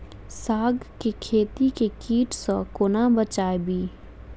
साग केँ खेत केँ कीट सऽ कोना बचाबी?